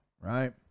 right